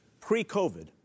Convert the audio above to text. Pre-COVID